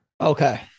Okay